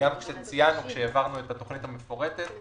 כשהעברנו את התוכנית המפורטת,